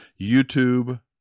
YouTube